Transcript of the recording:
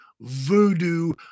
voodoo